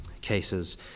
cases